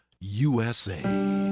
USA